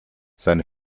seine